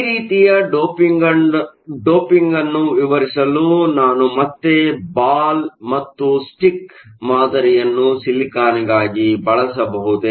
P ರೀತಿಯ doping ಅನ್ನು ವಿವರಿಸಲು ನಾನು ಮತ್ತೆ ಬಾಲ್ ಮತ್ತು ಸ್ಟಿಕ್ ಮಾದರಿಯನ್ನು ಸಿಲಿಕಾನ್ಗಾಗಿ ಬಳಸಬಹುದೇ